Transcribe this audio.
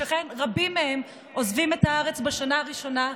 שכן רבים מהם עוזבים את הארץ בשנה הראשונה,